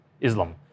Islam